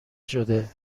شده